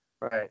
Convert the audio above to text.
Right